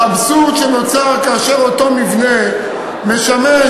האבסורד שנוצר כאשר אותו מבנה משמש